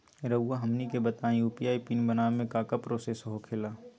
रहुआ हमनी के बताएं यू.पी.आई पिन बनाने में काका प्रोसेस हो खेला?